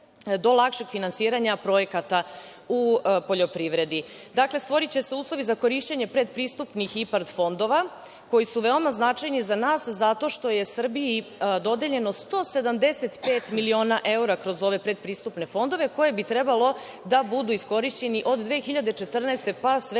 do lakšeg finansiranja projekata u poljoprivredi. Dakle, stvoriće se uslovi za korišćenje predpristupnih IPARD fondova koji su veoma značajni za nas, zato što je Srbiji dodeljeno 175 miliona evra kroz ove predpristupne fondove, koji bi trebalo da budu iskorišćeni od 2014. godine